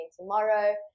tomorrow